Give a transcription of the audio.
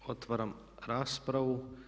Otvaram raspravu.